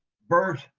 burt